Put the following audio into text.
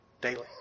daily